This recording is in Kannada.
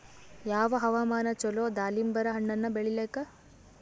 ಯಾವ ಹವಾಮಾನ ಚಲೋ ದಾಲಿಂಬರ ಹಣ್ಣನ್ನ ಬೆಳಿಲಿಕ?